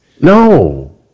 No